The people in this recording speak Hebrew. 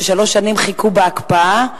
ששלוש שנים חיכו בהקפאה,